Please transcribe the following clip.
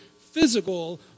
physical